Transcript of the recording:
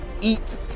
eat